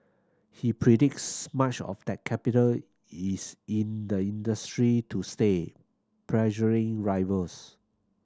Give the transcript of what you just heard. he predicts much of that capital is in the industry to stay pressuring rivals